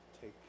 take